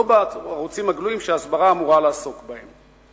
לא בערוצים הגלויים שההסברה אמורה לעסוק בהם.